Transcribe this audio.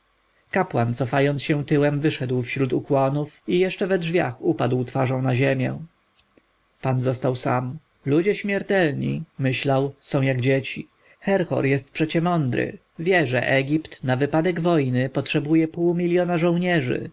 kapłan cofając się tyłem wyszedł wśród ukłonów i jeszcze we drzwiach upadł twarzą na ziemię pan został sam ludzie śmiertelni myślał są jak dzieci herhor jest przecie mądry wie że egipt na wypadek wojny potrzebuje pół miljona żołnierzy